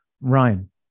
Ryan